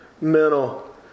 mental